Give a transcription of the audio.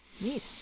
Neat